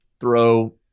throw